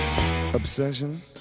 obsession